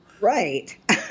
Right